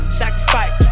sacrifice